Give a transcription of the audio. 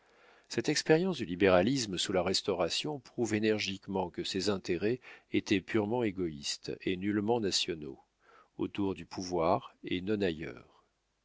cette expérience du libéralisme sous la restauration prouve énergiquement que ses intérêts étaient purement égoïstes et nullement nationaux autour du pouvoir et non ailleurs